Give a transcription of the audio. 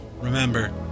Remember